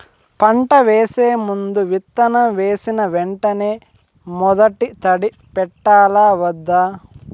పంట వేసే ముందు, విత్తనం వేసిన వెంటనే మొదటి తడి పెట్టాలా వద్దా?